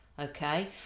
Okay